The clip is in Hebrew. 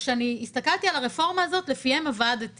שכאשר הסתכלתי על הרפורמה הזאת, לפיהן עבדתי